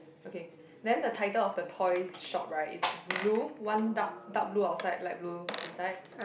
okay then the title of the toy shop right is blue one dark dark blue outside light blue inside